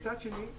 מצד שני,